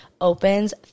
opens